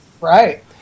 Right